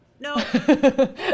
No